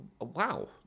wow